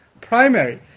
primary